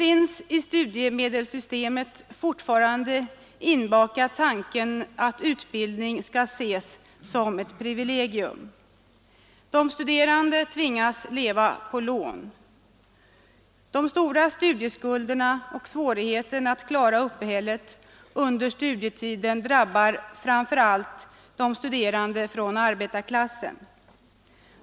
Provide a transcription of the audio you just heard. I studiemedelssystemet finns fortfarande den tanken inbakad att utbildning skall ses som ett privilegium. De studerande tvingas leva på lån. De stora studieskulderna och svårigheterna att klara uppehället under studietiden drabbar framför allt de studerande från arbetarklassen.